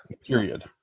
Period